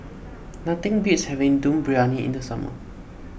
nothing beats having Dum Briyani in the summer